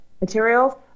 materials